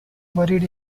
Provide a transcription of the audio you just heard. buried